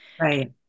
Right